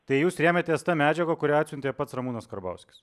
tai jūs rėmėtės ta medžiaga kurią atsiuntė pats ramūnas karbauskis